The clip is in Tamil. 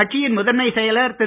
கட்சியின் முதன்மை செயலர் திரு